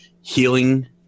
healing